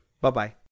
Bye-bye